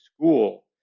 school